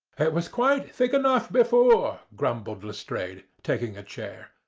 it was quite thick enough before, grumbled lestrade, taking a chair.